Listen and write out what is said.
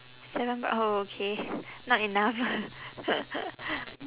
seven bro~ oh okay not enough